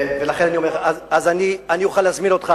וחבריך מקדימה, אני אוכל להזמין אותך